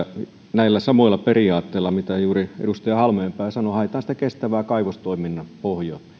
näillä samoilla periaatteilla mitä edustaja halmeenpää sanoi haetaan kestävää kaivostoiminnan pohjaa